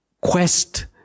quest